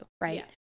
right